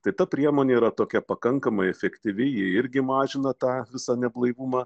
tai ta priemonė yra tokia pakankamai efektyvi ji irgi mažina tą visą neblaivumą